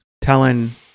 telling